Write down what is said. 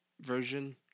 version